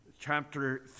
chapter